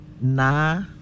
Na